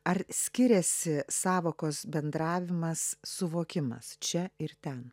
ar skiriasi sąvokos bendravimas suvokimas čia ir ten